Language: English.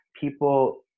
people